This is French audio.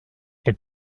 est